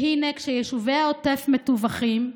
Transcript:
והינה, כשיישובי העוטף מטווחים,